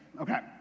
Okay